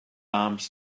arms